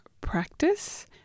practice